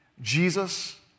Jesus